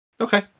Okay